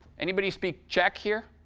anybody speak czech here?